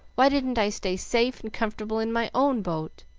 why didn't i stay safe and comfortable in my own boat?